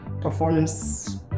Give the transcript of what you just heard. performance